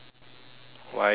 why is that